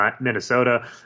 Minnesota